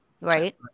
right